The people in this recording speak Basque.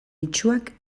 itsuak